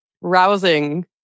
rousing